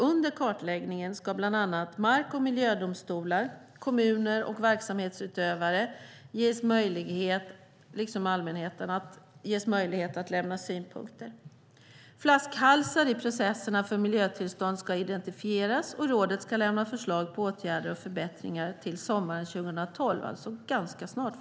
Under kartläggningen ska bland annat mark och miljödomstolar, kommuner och verksamhetsutövare liksom allmänheten ges möjlighet att lämna synpunkter. Flaskhalsar i processerna för miljötillstånd ska identifieras, och rådet ska lämna förslag på åtgärder och förbättringar till sommaren 2012, alltså ganska snart.